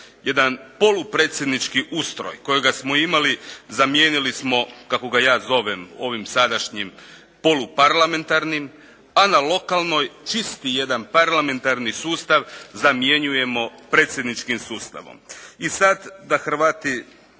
jedan polupredsjednički ustroj kojega smo imali, zamijenili smo ga kako ga ja zovem ovim sadašnjim poluparlamentarnim, a na lokalnoj čisti jedan parlamentarni sustav zamjenjujemo predsjedničkim sustavom. I sada da Hrvati